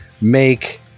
make